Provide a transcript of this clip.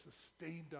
sustained